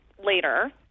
later